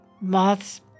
moths